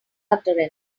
utterance